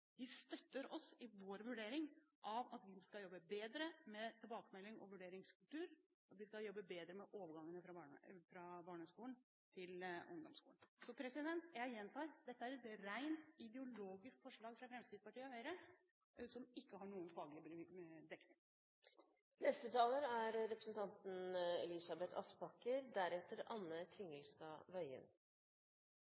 støtter oss i vår vurdering av at vi skal jobbe bedre med tilbakemeldinger og vurderingskultur, og at vi skal jobbe bedre med overgangen fra barneskolen til ungdomsskolen. Så jeg gjentar: Dette er et rent ideologisk forslag fra Fremskrittspartiet og Høyre som ikke har noen faglig dekning. Jeg vet ikke hva som er